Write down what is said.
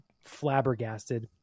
flabbergasted